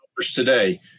today